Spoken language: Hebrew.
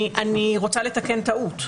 אני מציעה לתקן את הטעות.